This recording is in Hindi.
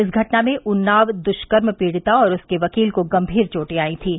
इस घटना में उन्नाव दुष्कर्म पीड़िता और उसके वकील को गंभीर चोटे आई थीं